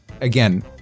again